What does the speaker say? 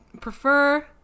prefer